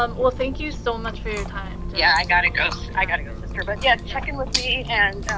um well, thank you so much for your time. yeah, i gotta go. so i gotta go, sister. but yeah, check in with me and